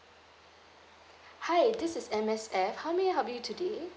hi this is M_S_F how may I help you today